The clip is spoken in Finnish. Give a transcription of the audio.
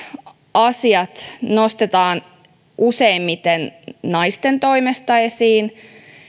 asiat nostetaan useimmiten naisten toimesta esiin